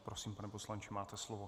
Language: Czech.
Prosím, pane poslanče, máte slovo.